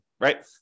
right